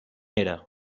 era